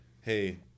hey